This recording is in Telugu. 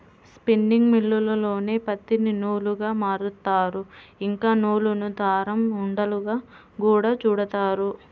స్పిన్నింగ్ మిల్లుల్లోనే పత్తిని నూలుగా మారుత్తారు, ఇంకా నూలును దారం ఉండలుగా గూడా చుడతారు